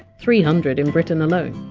three hundred in britain alone.